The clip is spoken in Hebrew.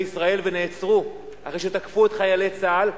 ישראל ונעצרו אחרי שתקפו את חייל צה"ל.